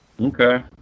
Okay